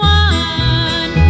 one